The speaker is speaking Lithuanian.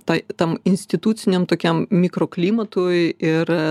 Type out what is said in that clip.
tai tam instituciniam tokiam mikroklimatui ir